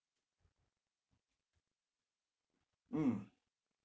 mm